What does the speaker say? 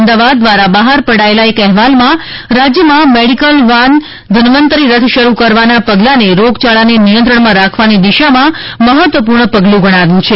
અમદાવાદ દ્વારા બહાર પડાયેલા એક અહેવાલમાં રાજયમાં મેડિકલ વેન ધનવંતરી રથ શરુ કરવાના પગલાંને રોગયાળાને નિયંત્રણમાં રાખવાની દિશામાં મહત્વપૂર્ણ પગલું ગણાવ્યું છે